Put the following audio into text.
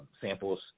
samples